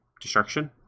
destruction